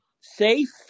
safe